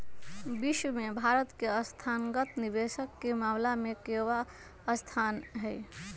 विश्व में भारत के संस्थागत निवेशक के मामला में केवाँ स्थान हई?